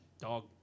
dog